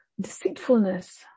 deceitfulness